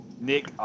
Nick